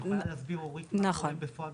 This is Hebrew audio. את יכולה להסביר, אורית, מה קורה בפועל?